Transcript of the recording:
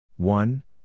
One